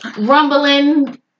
rumbling